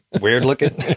weird-looking